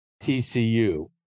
TCU